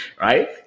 Right